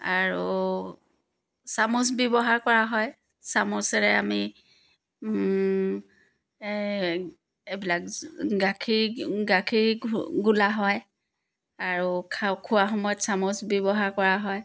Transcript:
আৰু চামুচ ব্যৱহাৰ কৰা হয় চামুচেৰে আমি এই এইবিলাক গাখীৰ গাখীৰ ঘু গুলা হয় আৰু খোৱাৰ সময়ত চামুচ ব্যৱহাৰ কৰা হয়